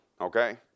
okay